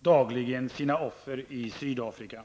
dagligen sina offer i Sydafrika.